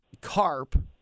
carp